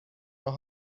راه